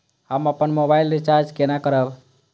हम अपन mobile recharge केना करब?